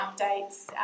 updates